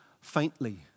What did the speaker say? faintly